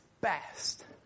best